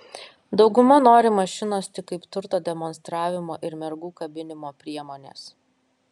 dauguma nori mašinos tik kaip turto demonstravimo ir mergų kabinimo priemonės